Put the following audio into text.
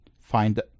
find